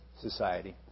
Society